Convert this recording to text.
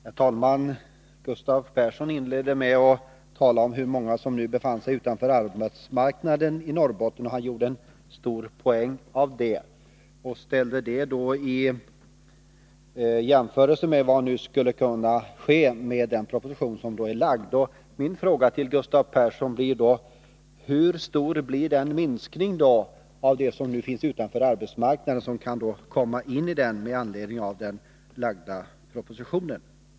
Herr talman! Gustav Persson inledde med att tala om hur många som nu befinner sig utanför arbetsmarknaden i Norrbotten. Han gjorde en stor poäng av detta. Han jämförde det med vad som nu skulle kunna ske med den proposition som har lagts fram. Min fråga till Gustav Persson blir: Hur stor blir då minskningen av det antal människor som nu finns utanför arbetsmarknaden — hur många kan komma in på den med anledning av den framlagda propositionen?